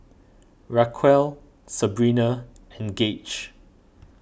Raquel Sabrina and Gage